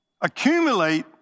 accumulate